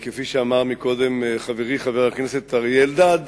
כפי שאמר קודם חברי חבר הכנסת אריה אלדד,